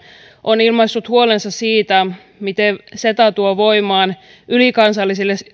on ilmaissut siitä huolensa ceta tuo voimaan ylikansallisille